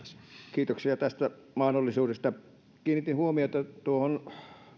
kiitoksia tästä mahdollisuudesta kiinnitin huomiota tuohon